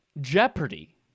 Jeopardy